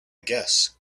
guess